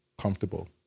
comfortable